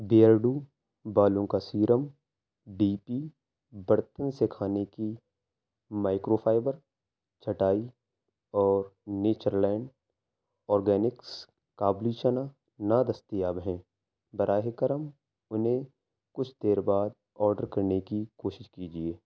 Beardo بالوں کا serum D P برتن سکھانے کی مائکروفائبر چٹائی اور Nature Land Organics kabuli chana نادستیاب ہیں براہ کرم انہیں کچھ دیر بعد آرڈر کرنے کی کوشش کیجیے